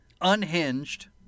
unhinged